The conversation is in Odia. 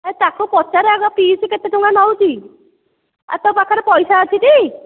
ଏ ତାକୁ ପଚାରେ ଆଗ ପିସ୍ କେତେ ଟଙ୍କା ନେଉଛି ତୋ ପାଖରେ ପଇସା ଅଛି ଟି